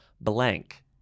Blank